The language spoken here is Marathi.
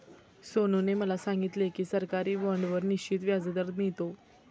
सोनूने मला सांगितले की सरकारी बाँडवर निश्चित व्याजदर मिळतो